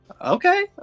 Okay